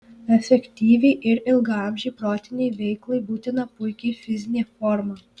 efektyviai ir ilgaamžei protinei veiklai būtina puiki fizinė forma